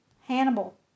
Hannibal